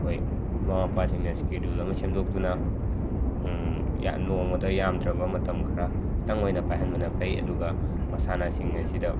ꯑꯩꯈꯣꯏ ꯃꯃꯥ ꯃꯄꯥꯁꯤꯡꯅ ꯁ꯭ꯀꯦꯗꯨꯜ ꯑꯃ ꯁꯦꯝꯗꯣꯛꯇꯨꯅ ꯌꯥ ꯅꯣꯡꯃꯗ ꯌꯥꯝꯗ꯭ꯔꯕ ꯃꯇꯝ ꯈꯔ ꯈꯤꯇꯪ ꯑꯣꯏꯅ ꯄꯥꯏꯍꯟꯕꯅ ꯐꯩ ꯑꯗꯨꯒ ꯃꯁꯥꯟꯅꯥꯁꯤꯡ ꯑꯁꯤꯗ